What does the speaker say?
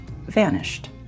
vanished